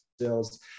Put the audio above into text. sales